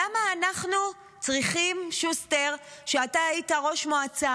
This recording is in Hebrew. למה אנחנו צריכים, שוסטר, אתה היית ראש מועצה,